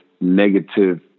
negative